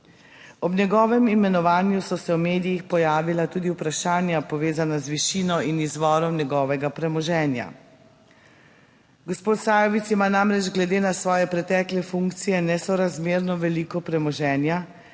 Ob njegovem imenovanju so se v medijih pojavila tudi vprašanja povezana z višino in izvorom njegovega premoženja. Gospod Sajovic ima namreč glede na svoje pretekle funkcije nesorazmerno veliko premoženja,